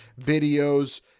videos